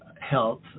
health